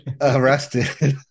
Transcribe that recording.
arrested